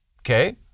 Okay